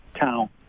town